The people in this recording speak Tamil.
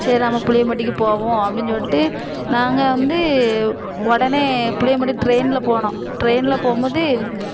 சரி நம்ம புளியம்பட்டிக்கு போவோம் அப்படின்னு சொல்லிட்டு நாங்கள் வந்து உடனே புளியம்பட்டிக்கு ட்ரெயினில் போனோம் ட்ரெயினில் போகும் போது